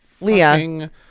Leah